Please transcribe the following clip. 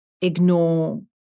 ignore